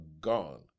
gone